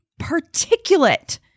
particulate